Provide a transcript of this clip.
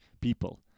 people